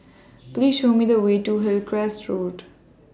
Please Show Me The Way to Hillcrest Road